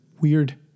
weird